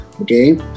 Okay